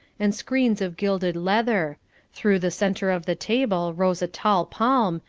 and screens of gilded leather through the centre of the table rose a tall palm,